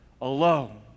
alone